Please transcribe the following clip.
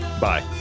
Bye